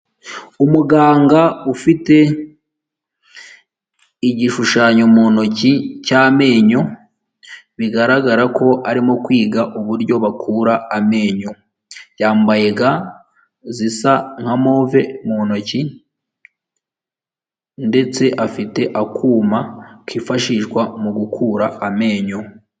Umuganga ufite igishushanyo mu ntoki cy'amenyo, bigaragara ko arimo kwiga uburyo bakura amenyo, yambaye ga zisa nka move mu ntoki, ndetse afite akuma kifashishwa mu gukura amenyo.